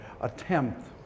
attempt